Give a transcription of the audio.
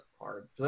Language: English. hard